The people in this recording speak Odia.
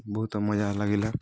ବହୁତ ମଜା ଲାଗିଲା